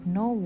no